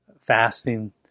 fasting